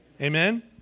Amen